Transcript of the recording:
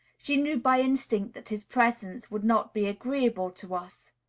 she knew by instinct that his presence would not be agreeable to us.